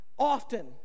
Often